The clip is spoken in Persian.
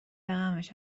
رقمش